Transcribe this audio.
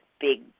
big